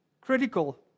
critical